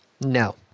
No